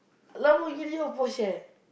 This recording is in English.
Lamborghini or Porsche